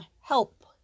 help